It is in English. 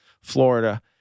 Florida